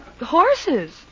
horses